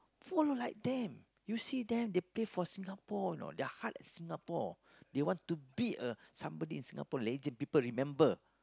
follow like them you see them they play for Singapore you know their heart at Singapore they want to beat a somebody in Singapore lazy people remember